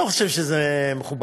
אני לא חושב שזה מכובד.